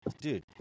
Dude